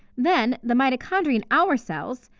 then, the mitochondria in our cells,